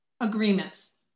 agreements